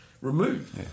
removed